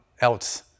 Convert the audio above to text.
else